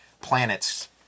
planets